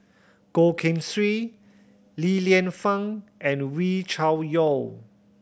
Goh Keng Swee Li Lienfung and Wee Cho Yaw